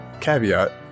caveat